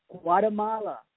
Guatemala